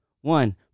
one